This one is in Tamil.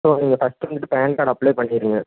ஸோ நீங்கள் ஃபர்ஸ்ட்டு மட்டும் பேன் கார்டு அப்ளை பண்ணிருங்க